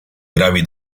gravi